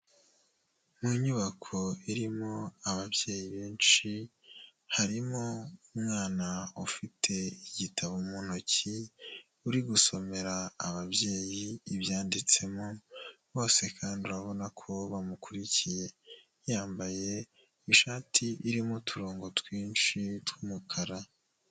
Mu nyubako irimo ababyeyi benshi, harimo umwana ufite igitabo mu ntoki, uri gusomera ababyeyi ibyanditsemo, bose kandi babona ko bamukurikiye, yambaye ishati irimo uturongo twinshi tw'umukara.